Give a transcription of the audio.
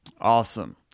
Awesome